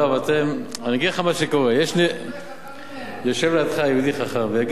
אני אגיד לך מה שקורה, את זה חכמים אמרו.